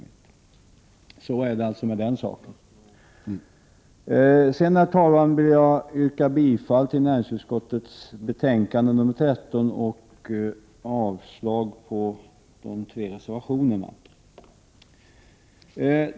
— Så är det alltså med den saken. Herr talman! Jag ber att få yrka bifall till utskottets hemställan i näringsutskottets betänkande nr 13 och avslag på de tre reservationerna.